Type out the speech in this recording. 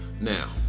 Now